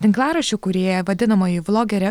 tinklaraščių kūrėja vadinamoji vlogelė